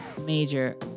major